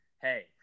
Hey